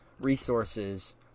resources